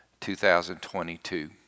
2022